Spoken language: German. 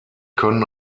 können